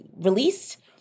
released